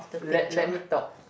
let let me talk